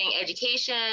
education